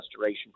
restoration